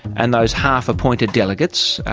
and those half appointed delegates,